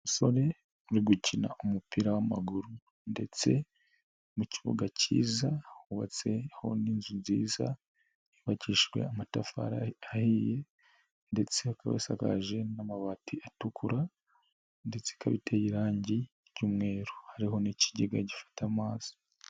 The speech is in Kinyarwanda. Abasore mu gukina umupira w'maguru ndetse mu kibuga cyiza hubatseho n'inzu nziza yubakijwe amatafari ahiye ndetse akaba asakaje n'amabati atukura ndetse ikaba iteye irangi ry'umweru, hari n'ikigega gifata amazi.